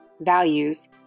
values